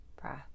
breath